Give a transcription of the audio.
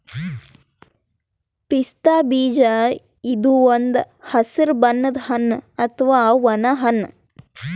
ಪಿಸ್ತಾ ಬೀಜ ಇದು ಒಂದ್ ಹಸ್ರ್ ಬಣ್ಣದ್ ಹಣ್ಣ್ ಅಥವಾ ಒಣ ಹಣ್ಣ್